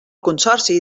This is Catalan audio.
consorci